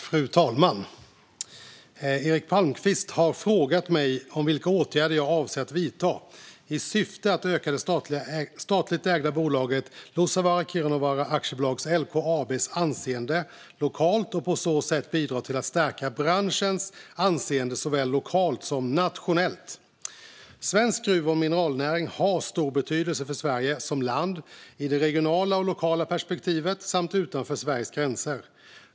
Fru talman! Eric Palmqvist har frågat mig vilka åtgärder jag avser att vidta i syfte att öka det statligt ägda gruvbolaget Luossavaara-Kiirunavaara Aktiebolags, LKAB:s, anseende lokalt och på så sätt bidra till att stärka branschens anseende såväl lokalt som nationellt. Svensk gruv och mineralnäring har stor betydelse för Sverige som land, i det regionala och lokala perspektivet samt utanför Sveriges gränser.